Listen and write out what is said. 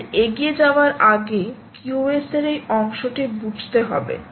আমাদের এগিয়ে যাওয়ার আগে QoS এর এই অংশটি বুঝতে হবে